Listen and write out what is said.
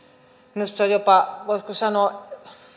minusta on jopa voisiko sanoa